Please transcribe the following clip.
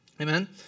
Amen